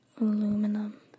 Aluminum